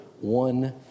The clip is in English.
one